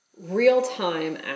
real-time